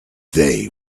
they